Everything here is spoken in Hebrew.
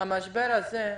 המשבר הזה,